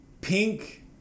Pink